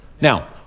Now